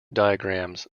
diagrams